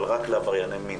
אבל רק לעברייני מין,